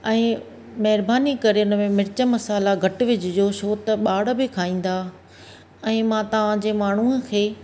ऐं महिरबानी करे हिन में मिर्च मसाला घटि विझिजो छो त ॿार बि खाईंदा ऐं मां तव्हांजे माण्हू खे